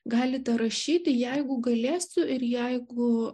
galite rašyti jeigu galėsiu ir jeigu